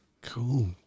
Cool